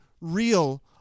real